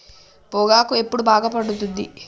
పొగాకు ఎప్పుడు బాగా పండుతుంది?